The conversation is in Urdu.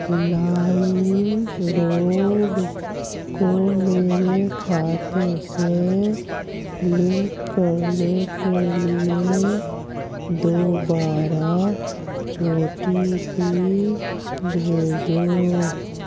لائم روڈ کو میرے کھاتے سے لنک کرنے کے لیے دوبارہ او ٹی پی بھیجو